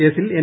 കേസിൽ എൻ